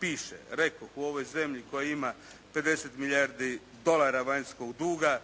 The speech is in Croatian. piše. Rekoh u ovoj zemlji koja ima 50 milijardi dolara vanjskog duga,